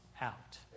out